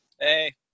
Hey